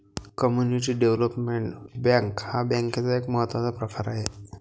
community development bank हा बँकेचा एक महत्त्वाचा प्रकार आहे